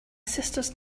sisters